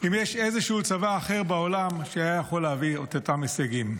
אם יש איזשהו צבא אחר בעולם שהיה יכול להביא את אותם הישגים.